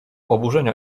oburzenia